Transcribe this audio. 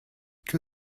que